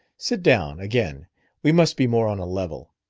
sit down, again we must be more on a level.